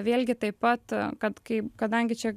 vėlgi taip pat kad kai kadangi čia